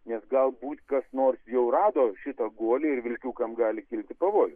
nes galbūt kas nors jau rado šitą guolį ir vilkiukam gali kilti pavojų